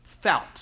felt